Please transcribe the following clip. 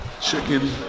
chicken